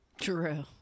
True